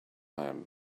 him